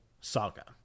saga